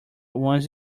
one